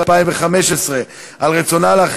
מתנגדים, אין נמנעים.